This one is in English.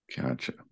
Gotcha